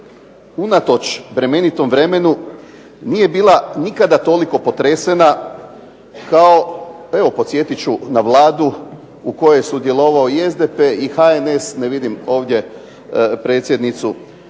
unatoč bremenitom vremenu nije nikada bila toliko potresena kao evo podsjetit ću na Vladu u kojoj je sudjelovao i SDP i HNS ne vidim ovdje predsjednicu